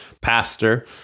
pastor